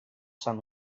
son